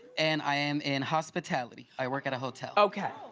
and i am in hospitality, i work at a hotel. okay,